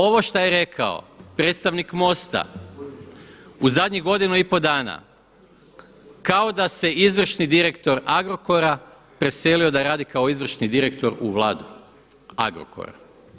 Ovo šta je rekao predstavnik MOST-a u zadnjih godinu i pol dana kao da se izvršni direktor Agrokora preselio da radi kao izvršni direktor u Vladu Agrokora.